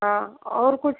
हाँ और कुछ